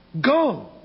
go